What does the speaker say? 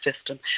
system